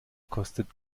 kostet